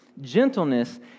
gentleness